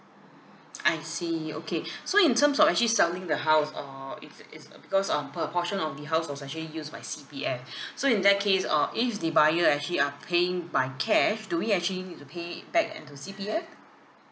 I see okay so in terms of actually selling the house err it's a it's a because uh per portion of the house was actually use my C_P_F so in that case uh if the buyer actually uh paying by cash do we actually need to pay it back and to C_P_F